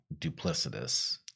duplicitous